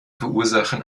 verursachen